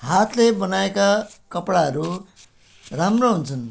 हातले बनाएका कपडाहरू राम्रो हुन्छन्